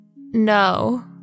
no